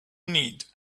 need